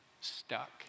stuck